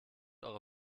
eure